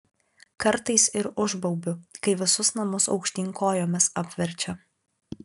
kartais ir užbaubiu kai visus namus aukštyn kojomis apverčia